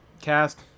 Cast